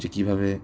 যে কীভাবে